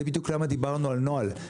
זה בדיוק למה דיברנו על נוהל,